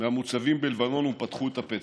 מהמוצבים בלבנון ופתחו את הפצע.